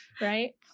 Right